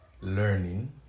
learning